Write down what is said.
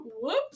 Whoops